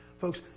Folks